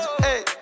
hey